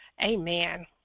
Amen